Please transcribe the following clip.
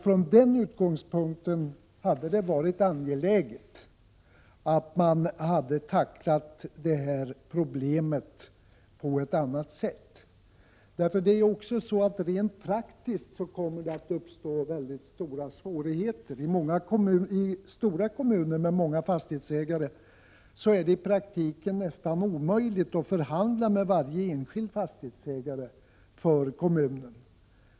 Från den utgångspunkten hade det varit angeläget att tackla det här problemet på ett annat sätt. Också rent praktiskt kommer det nämligen — Prot. 1987/88:46 att uppstå stora svårigheter. I stora kommuner med många fastighetsägare är 16 december 1987 det i praktiken nästan omöjligt att förhandla med varje enskild fastighetsäga Lag om kommunal bo re.